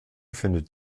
findet